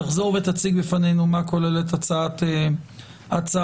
תחזור ותציג בפנינו מה כוללת הצעת החוק,